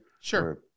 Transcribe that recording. Sure